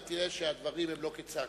אתה תראה שהדברים לא כצעקתה.